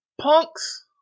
Punks